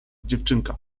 dziewczynka